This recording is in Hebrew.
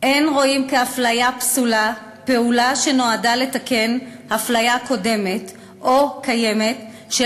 "אין רואים כהפליה פסולה פעולה שנועדה לתקן הפליה קודמת או קיימת של